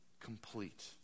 complete